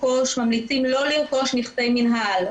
ממליצים לא לרכוש נכסי מינהל,